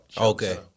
Okay